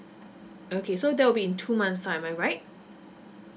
okay so that will be in two months time am I right